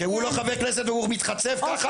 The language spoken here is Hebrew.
שהוא לא חבר כנסת והוא מתחצף ככה?